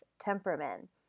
temperament